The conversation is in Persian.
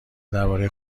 درباره